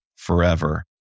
Forever